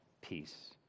peace